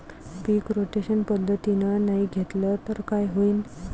पीक rotation पद्धतीनं नाही घेतलं तर काय होईन?